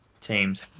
teams